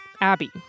Abby